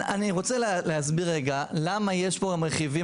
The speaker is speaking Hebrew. אני רוצה להסביר למה יש כאן מרכיבים